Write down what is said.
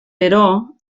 però